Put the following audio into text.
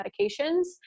medications